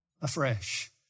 afresh